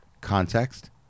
context